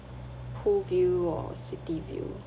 pool view or city view